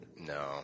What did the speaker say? No